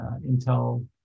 Intel